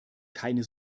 keine